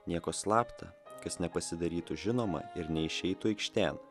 nieko slapta kas nepasidarytų žinoma ir neišeitų aikštėn